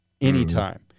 anytime